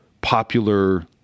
popular